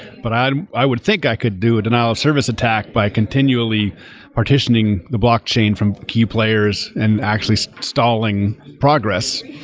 but i i would think i could do a denial of service attack by continually partitioning the blockchain from key players and actually stalling progress.